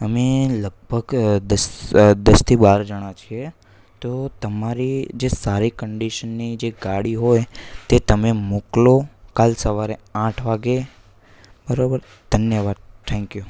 અમે લગભગ દસ દસ થી બાર જણા છીએ તો તમારી જે સારી કંડિશનની જે ગાડી હોય તે તમે મોકલો કાલે સવારે આઠ વાગ્યે બરોબર ધન્યવાદ થૅન્ક્યુ